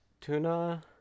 Tuna